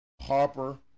Harper